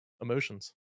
emotions